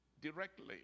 directly